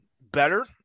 better